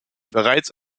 bereits